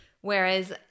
whereas